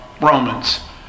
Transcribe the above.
Romans